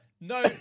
no